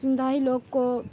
سندھی لوگ کو